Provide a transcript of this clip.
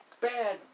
Bad